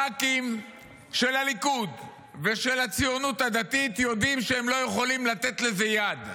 הח"כים של הליכוד ושל הציונות הדתית יודעים שהם לא יכולים לתת לזה יד.